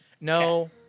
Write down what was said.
no